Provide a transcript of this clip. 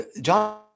John